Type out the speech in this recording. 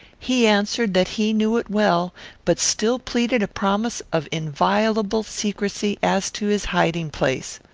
he answered that he knew it well but still pleaded a promise of inviolable secrecy as to his hiding-place.